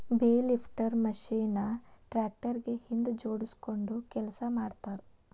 bale lifter machine ನ tractor ಗೆ ಹಿಂದ್ ಜೋಡ್ಸ್ಕೊಂಡು ಕೆಲಸ ಮಾಡ್ತಾರ